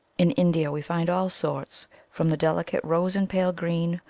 in india we find all sorts, from the deli cate rose-and-pale-green,